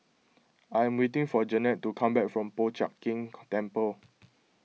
I am waiting for Jannette to come back from Po Chiak Keng Temple